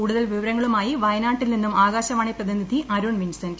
കൂടുതൽ വിവരങ്ങളൂമായി വയനാട്ടിൽ നിന്നും ആകാശവാണി പ്രതിനിധി അരുൺ വിൻസെന്റ്